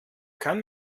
kann